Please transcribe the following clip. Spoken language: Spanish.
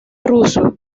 ruso